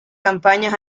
campañas